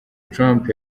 trump